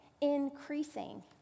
increasing